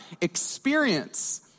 experience